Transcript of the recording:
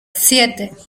siete